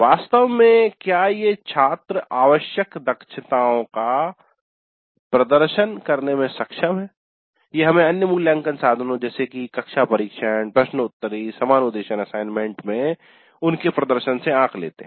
वास्तव में क्या ये छात्र आवश्यक दक्षताओं का प्रदर्शन करने में सक्षम हैं - ये हम अन्य मूल्यांकन साधनों जैसे की कक्षा परीक्षण प्रश्नोत्तरी और समनुदेशन असाइनमेंट में उनके प्रदर्शन से आंक लेते हैं